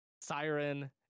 Siren